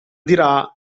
dirà